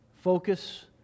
focus